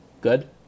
good